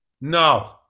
No